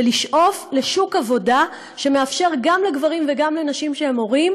ולשאוף לשוק עבודה שמאפשר גם לגברים וגם לנשים שהם הורים